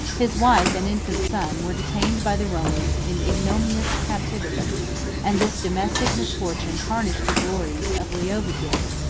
his wife and infant son were detained by the romans in ignominious captivity and this domestic misfortune tarnished the glories of leovigild,